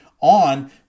on